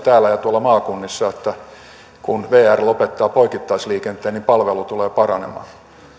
täällä ja tuolla maakunnissa siihen että kun vr lopettaa poikittaisliikenteen niin palvelu tulee paranemaan